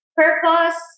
purpose